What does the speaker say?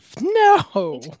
No